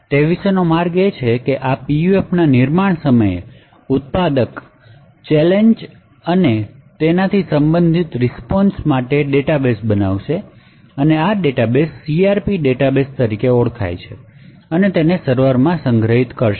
તે વિશેનો માર્ગ એ છે કે આ PUF ના નિર્માણ સમયે ઉત્પાદક ચેલેંજ અને તેનાથી સંબંધિત રીસ્પોન્શ માટે ડેટાબેસ બનાવશે આ ડેટાબેઝ CRP ડેટાબેઝ તરીકે ઓળખાય છે અને તે સર્વરમાં સંગ્રહિત થશે